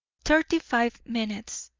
thirty-five minutes!